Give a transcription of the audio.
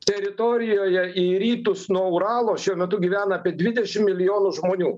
teritorijoje į rytus nuo uralo šiuo metu gyvena apie dvidešim milijonų žmonių